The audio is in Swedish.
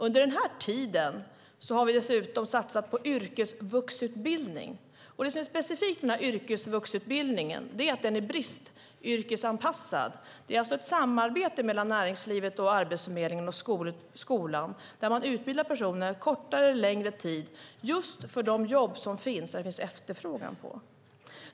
Under den här tiden har vi dessutom satsat på yrkesvuxutbildning. Det som är specifikt med yrkesvuxutbildningen är att den är bristyrkesanpassad. Det är alltså ett samarbete mellan näringslivet, Arbetsförmedlingen och skolan, där man utbildar personer kortare eller längre tid för de jobb som det finns efterfrågan på.